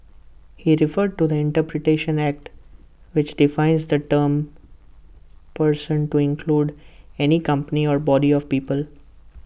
he referred to the interpretation act which defines the term person to include any company or body of people